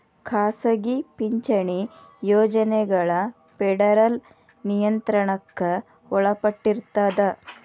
ಖಾಸಗಿ ಪಿಂಚಣಿ ಯೋಜನೆಗಳ ಫೆಡರಲ್ ನಿಯಂತ್ರಣಕ್ಕ ಒಳಪಟ್ಟಿರ್ತದ